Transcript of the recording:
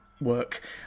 work